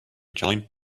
giant